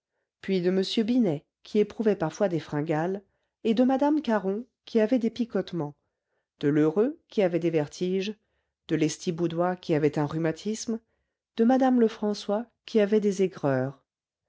puis de m binet qui éprouvait parfois des fringales et de madame caron qui avait des picotements de lheureux qui avait des vertiges de lestiboudois qui avait un rhumatisme de madame lefrançois qui avait des aigreurs